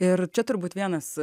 ir čia turbūt vienas